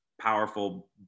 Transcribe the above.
powerful